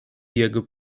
jego